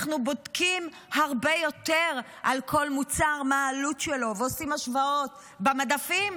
אנחנו בודקים הרבה יותר על כל מוצר מה העלות שלו ועושים השוואות במדפים,